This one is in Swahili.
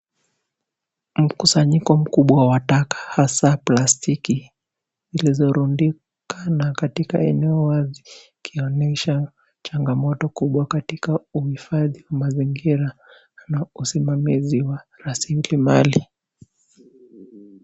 Mkusanyiko mkubwa wa taka hasa plastiki zilizorundikana katika eneo wazi zikionyesha changamoto kubwa katika uhifadhi wa mazingira na usimamizi wa rasilimali.